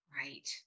Right